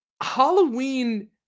Halloween